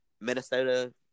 Minnesota